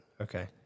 okay